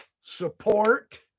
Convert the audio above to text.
support